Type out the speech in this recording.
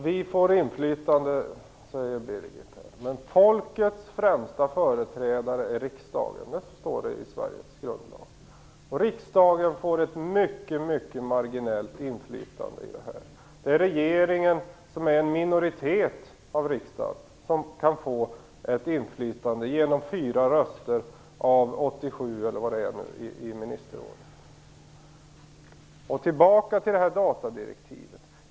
Fru talman! Birgit Friggebo säger att vi får inflytande, men folkets främsta företrädare är riksdagen - det står i Sveriges grundlag - och riksdagen får ett mycket marginellt inflytande över detta. Det är regeringen, som är en minoritet i riksdagen, som kan få ett inflytande genom 4 röster av 87, tror jag att det är, i ministerrådet. Låt mig gå tillbaka till datadirektivet.